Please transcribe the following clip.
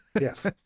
Yes